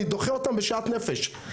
אני דוחה אותם בשאט נפש.